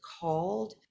called